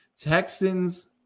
Texans